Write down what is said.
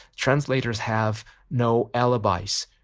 translators have no alibis.